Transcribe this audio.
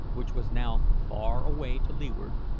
which was now far away to leeward,